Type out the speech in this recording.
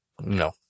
No